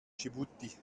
dschibuti